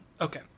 Okay